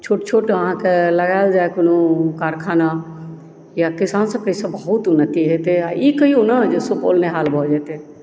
छोट छोट अहाँके लगायल जाय कोनो कारखाना या किसानसभके एहिसँ बहुत उन्नति हेतैक आओर ई कहियौ ने जे सुपौल नेहाल भऽ जेतै